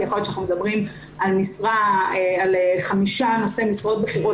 כי יכול להיות שאנחנו מדברים על חמישה נושאי משרות בכירות